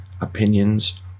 opinions